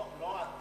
לא אתה,